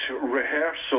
rehearsal